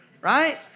right